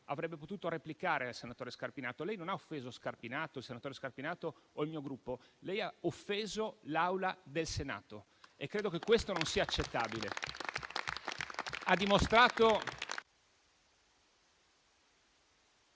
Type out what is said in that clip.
Avrebbe potuto replicare al senatore Scarpinato. Lei non ha offeso il senatore Scarpinato o il mio Gruppo. Lei ha offeso l'Aula del Senato e credo che questo non sia accettabile.